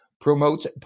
promotes